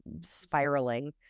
spiraling